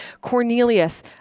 Cornelius